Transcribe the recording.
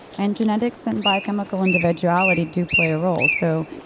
and genetics and biochemical individuality do play a role. so,